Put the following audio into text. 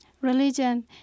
religion